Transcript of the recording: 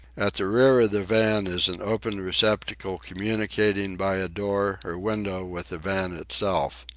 at the rear of the van is an open receptacle communicating by a door or window with the van itself.